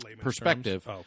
perspective